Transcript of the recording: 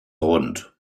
rund